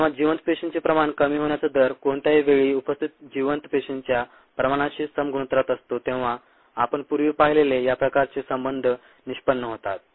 जेंव्हा जिवंत पेशींचे प्रमाण कमी होण्याचा दर कोणत्याही वेळी उपस्थित जिवंत पेशींच्या प्रमाणाशी सम गुणोत्तरात असतो तेव्हा आपण पुर्वी पाहिलेले या प्रकारचे संबंध निष्पन्न होतात